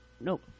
nope